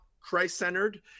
Christ-centered